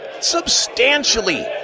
substantially